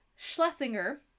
Schlesinger